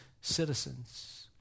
citizens